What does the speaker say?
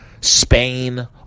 Spain